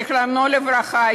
זיכרונו לברכה,